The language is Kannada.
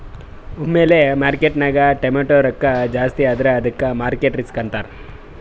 ಒಮ್ಮಿಲೆ ಮಾರ್ಕೆಟ್ನಾಗ್ ಟಮಾಟ್ಯ ರೊಕ್ಕಾ ಜಾಸ್ತಿ ಆದುರ ಅದ್ದುಕ ಮಾರ್ಕೆಟ್ ರಿಸ್ಕ್ ಅಂತಾರ್